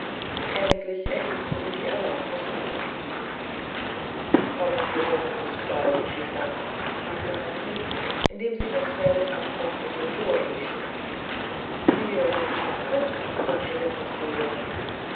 endlich erhielten sie die erlaubnis weiterzufahren kommen wir denn nicht bald in die stadt fragte heimken indem sie das feld am kottbusser tor durchschnitten wir sind schon drin sagte der postillon